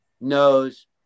knows